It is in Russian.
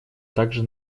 также